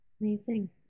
Amazing